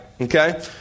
Okay